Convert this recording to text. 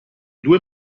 due